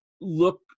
look